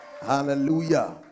Hallelujah